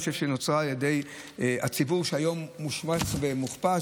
אני חושב שהיא נוצרה על ידי הציבור שהיום מושמץ ומוכפש,